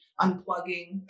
unplugging